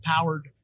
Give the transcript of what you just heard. powered